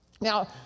Now